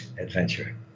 adventure